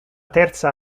terza